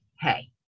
hey